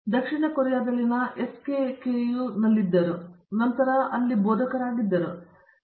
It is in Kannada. ಅವರು ದಕ್ಷಿಣ ಕೊರಿಯಾದಲ್ಲಿನ ಎಸ್ಕೆಕೆಯು ನಲ್ಲಿದ್ದರು ಮತ್ತು ಎಲ್ಲಾ ನಂತರ ಅವಳು ಇಲ್ಲಿ ಬೋಧಕರಾಗಿದ್ದಳು